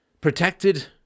protected